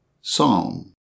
Psalm